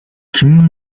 kimin